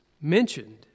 mentioned